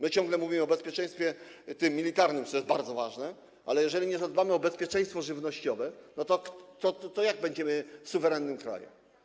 My ciągle mówimy o bezpieczeństwie militarnym, co jest bardzo ważne, ale jeżeli nie zadbamy o bezpieczeństwo żywnościowe, to jak będziemy suwerennym krajem?